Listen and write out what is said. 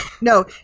No